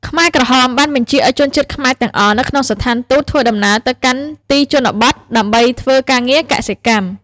ខ្មែរក្រហមបានបញ្ជាឱ្យជនជាតិខ្មែរទាំងអស់នៅក្នុងស្ថានទូតធ្វើដំណើរទៅកាន់ទីជនបទដើម្បីធ្វើការងារកសិកម្ម។